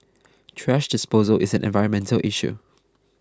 thrash disposal is an environmental issue